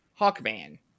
Hawkman